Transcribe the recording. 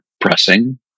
pressing